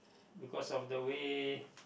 because of the way